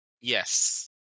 Yes